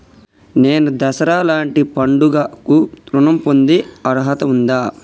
నేను దసరా లాంటి పండుగ కు ఋణం పొందే అర్హత ఉందా?